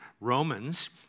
Romans